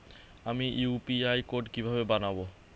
আমি UPI code কিভাবে বানাব?